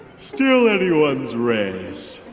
still anyone's race.